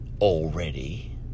already